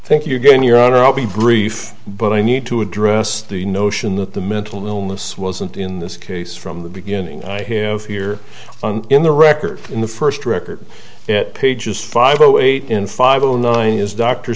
thank you again your honor i'll be brief but i need to address the notion that the mental illness wasn't in this case from the beginning i have here in the records in the first record at pages five o eight in five o nine is dr